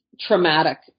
traumatic